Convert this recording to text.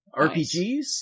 RPGs